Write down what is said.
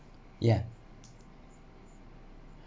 ya